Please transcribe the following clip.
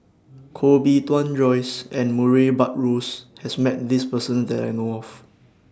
Koh Bee Tuan Joyce and Murray Buttrose has Met This Person that I know of